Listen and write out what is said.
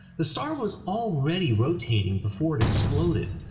the star was already rotating before it exploded,